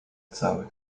cały